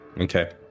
Okay